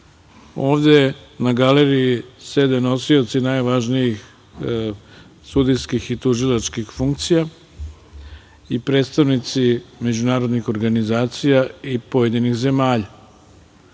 na galeriji sede nosioci najvažnijih sudijskih i tužilačkih funkcija i predstavnici međunarodnih organizacija i pojedinih zemalja. Ono